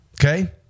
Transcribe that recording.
Okay